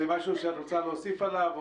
זה משהו שאת רוצה להוסיף עליו?